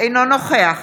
אינו נוכח